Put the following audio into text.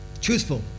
Truthful